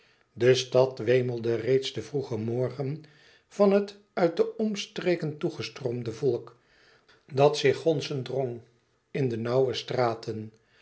de stad wemelde reeds den vroegen morgen van het uit de omstreken toegestroomde volk dat zich gonzend drong in de nauwere straten